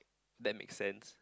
that makes sense